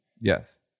Yes